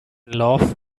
love